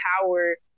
power